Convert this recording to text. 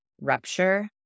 rupture